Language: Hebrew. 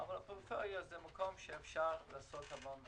אבל הפריפריה זה מקום שבו אפשר לעשות המון דברים.